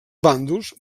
bàndols